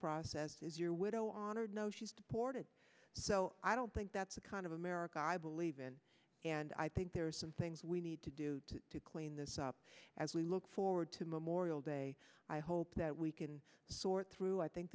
process is your widow honored no she's deported so i don't think that's the kind of america i believe in and i think there are some things we need to do to clean this up as we look forward to memorial day i hope that we can sort through i think